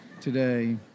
today